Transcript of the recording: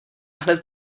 hned